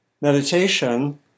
meditation